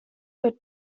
but